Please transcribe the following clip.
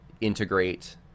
integrate